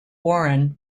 warren